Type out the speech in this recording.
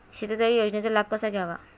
शेततळे योजनेचा लाभ कसा घ्यावा?